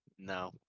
No